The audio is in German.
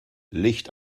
licht